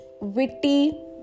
witty